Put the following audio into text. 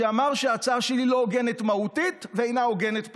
שאמר שההצעה שלי לא הוגנת מהותית ואינה הוגנת פוליטית.